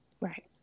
Right